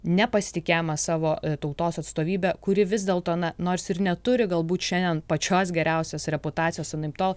nepasitikėjimą savo tautos atstovybe kuri vis dėlto na nors ir neturi galbūt šiandien pačios geriausios reputacijos anaiptol